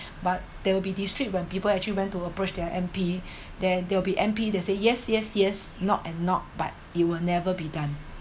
but they'll be district when people actually went to approach their M_P there they'll be M_P that say yes yes yes not and not but it will never be done